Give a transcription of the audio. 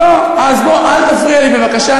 לא, אל תפריע לי בבקשה.